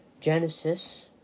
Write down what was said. Genesis